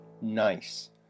Nice